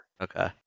Okay